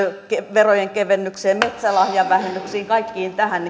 verojen kevennykseen metsälahjavähennyksiin kaikkeen tähän